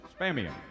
Spamium